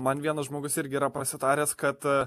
man vienas žmogus irgi yra prasitaręs kad